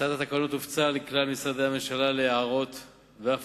הצעת התקנות הופצה לכלל משרדי הממשלה להערות ואף